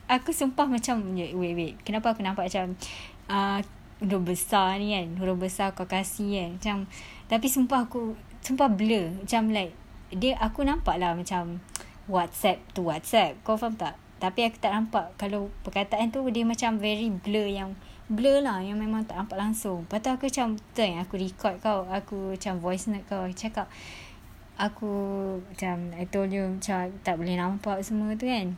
aku sumpah macam ye wait wait kenapa aku nampak macam ah dia besar ni kan huruf besar kau kasi kan macam tapi sumpah aku sumpah blur macam like dia aku nampak lah macam Whatsapp tu Whatsapp faham tak tapi aku tak nampak kalau perkataan tu dia macam very blur yang blur lah yang memang tak nampak langsung pastu aku macam tu yang aku record kau aku macam voicenote kau cakap aku macam I told you macam tak boleh nampak semua tu kan